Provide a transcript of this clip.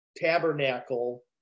tabernacle